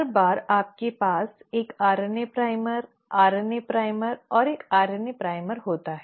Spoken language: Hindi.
हर बार आपके पास एक आरएनए प्राइमर आरएनए प्राइमर और एक आरएनए प्राइमर होता है